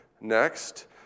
next